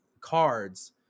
cards